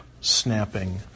snapping